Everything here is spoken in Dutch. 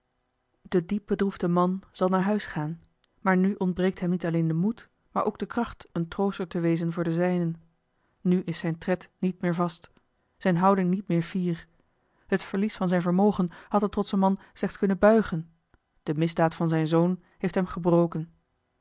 de diep bedroefde man zal naar huis gaan maar nu ontbreekt hem niet alleen de moed maar ook de kracht een trooster te wezen voor de zijnen nu is zijn tred niet meer vast zijne houding niet meer fier het verlies van zijn vermogen had den trotschen man slechts kunnen buigen de misdaad van zijn zoon heeft hem gebroken